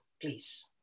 Please